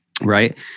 right